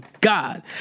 God